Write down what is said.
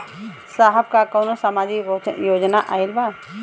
साहब का कौनो सामाजिक योजना आईल बा?